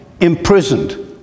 imprisoned